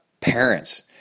parents